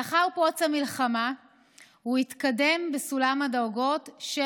לאחר פרוץ המלחמה הוא התקדם בסולם הדרגות של